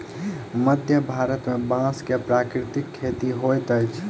मध्य भारत में बांस के प्राकृतिक खेती होइत अछि